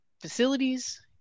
facilities